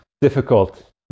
difficult